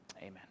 amen